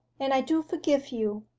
and i do forgive you.